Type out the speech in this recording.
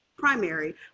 primary